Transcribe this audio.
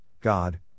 God